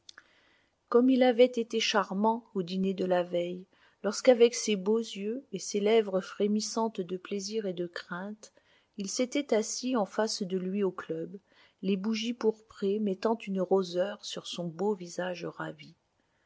gomme il avait été charmant au dîner de la veille lorsqu'avec ses beaux yeux et ses lèvres frémissantes de plaisir et de crainte il s'était assis en face de lui au club les bougies pourprées mettant une roseur sur son beau visage ravi